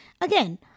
again